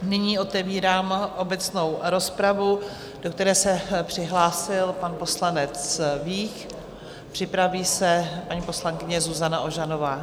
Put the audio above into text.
Nyní otevírám obecnou rozpravu, do které se přihlásil pan poslanec Vích, připraví se paní poslankyně Zuzana Ožanová.